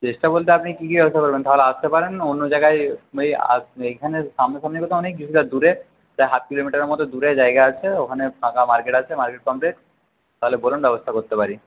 চেষ্টা বলতে আপনি কী কী ব্যবসা করবেন তাহলে আসতে পারেন অন্য জায়গায় এইখানে সামনা সামনি কোথাও নেই কিছুটা দূরে হাফ কিলোমিটার মত দূরে জায়গা আছে ওইখানে ফাঁকা মার্কেট আছে মার্কেট কমপ্লেক্স তাহলে বলুন ব্যবস্থা করতে পারি